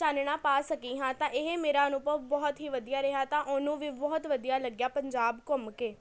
ਚਾਨਣਾ ਪਾ ਸਕੀ ਹਾਂ ਤਾਂ ਇਹ ਮੇਰਾ ਅਨੁਭਵ ਬਹੁਤ ਹੀ ਵਧੀਆ ਰਿਹਾ ਤਾਂ ਓਹਨੂੰ ਵੀ ਬਹੁਤ ਵਧੀਆ ਲੱਗਿਆ ਪੰਜਾਬ ਘੁੰਮ ਕੇ